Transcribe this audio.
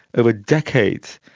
ah decades.